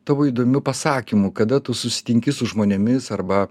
tavo įdomiu pasakymu kada tu susitinki su žmonėmis arba